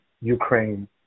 Ukraine